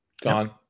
Gone